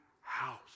house